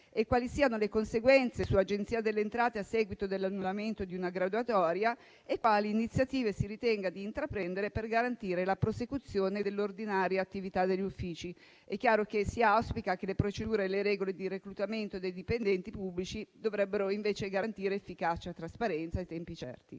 quali siano le conseguenze sull'Agenzia delle entrate a seguito dell'annullamento di una graduatoria e quali iniziative si ritenga di intraprendere per garantire la prosecuzione dell'ordinaria attività degli uffici. Chiaramente si ritiene che le procedure e le regole di reclutamento dei dipendenti pubblici dovrebbero invece garantire efficacia, trasparenza e tempi certi.